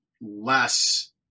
less